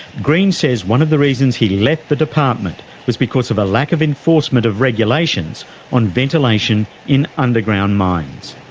green says one of the reasons he left the department was because of a lack of enforcement of regulations on ventilation in underground mines.